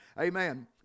amen